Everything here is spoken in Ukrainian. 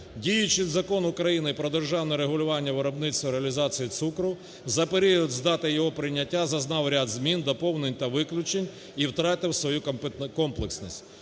Діючий Закон України "Про державне регулювання виробництва, реалізації цукру" за період з дати його прийняття зазнав ряд змін, доповнень та виключень і втратив свою комплексність.